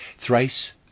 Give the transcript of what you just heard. Thrice